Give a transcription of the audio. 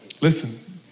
Listen